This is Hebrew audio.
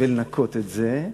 ולנקות את זה,